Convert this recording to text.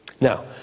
Now